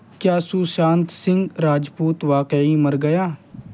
کیا سوشانت سنگھ راجپوت واقعی مر گیا